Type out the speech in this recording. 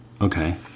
Okay